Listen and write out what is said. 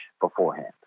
beforehand